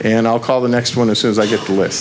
and i'll call the next one as soon as i get the l